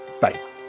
Bye